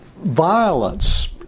violence